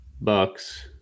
Bucks